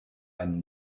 einen